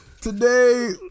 today